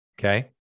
okay